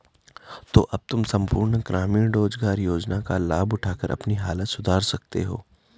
तो अब तुम सम्पूर्ण ग्रामीण रोज़गार योजना का लाभ उठाकर अपनी हालत सुधार सकते हो